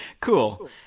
Cool